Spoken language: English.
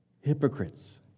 hypocrites